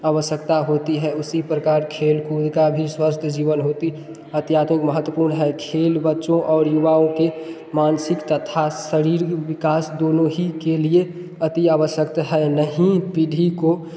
आवश्यकता होती है उसी प्रकार खेल कूद से भी स्वस्थ जीवन हेतु अत्याधिक महत्वपूर्ण है खेल बच्चों और युवाओं के मानसिक तथा शारीरिक विकास दोनों ही के लिए अति आवश्यक है नई पीढ़ी को